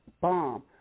bomb